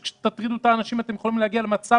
שכאשר תטרידו את האנשים אתם יכולים להגיע למצב